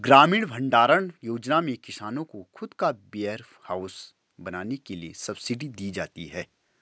ग्रामीण भण्डारण योजना में किसान को खुद का वेयरहाउस बनाने के लिए सब्सिडी दी जाती है